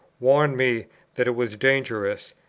warned me that it was dangerous,